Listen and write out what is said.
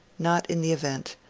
not in the event,